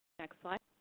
next slide.